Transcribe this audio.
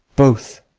both,